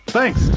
Thanks